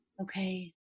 Okay